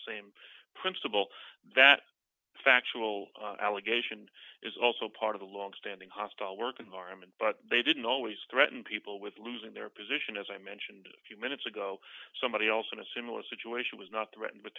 same principle that factual allegation is also part of a longstanding hostile work environment but they didn't always threaten people with losing their position as i mentioned a few minutes ago somebody else in a similar situation was not threatened with